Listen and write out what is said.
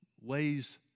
ways